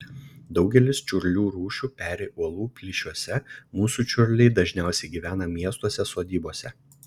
daugelis čiurlių rūšių peri uolų plyšiuose mūsų čiurliai dažniausiai gyvena miestuose sodybose